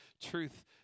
truth